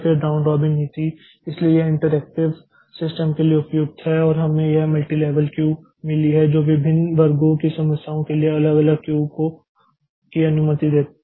फिर round robin नीति इसलिए यह इंटरेक्टिव सिस्टम के लिए उपयुक्त है और हमें यह मल्टीलेवल क्यू मिली है जो विभिन्न वर्गों की समस्याओं के लिए अलग अलग क्यू की अनुमति देती है